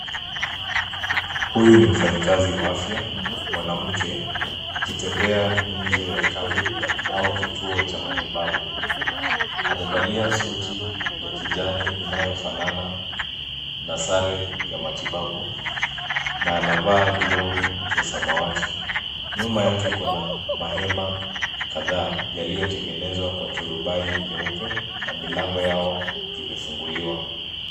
Huyu ni mfanyikazi wa afya mwanamke akitembea nje ya kambi au kituo cha matibabu. Amevalia suti ya kijani inayofanana na sare ya matibabu na anavaa glovu za samawati. Nyuma yake kuna mahema kadhaa yaliyotengenezwa kwa turubai nyeupe na milango yao imefunguliwa.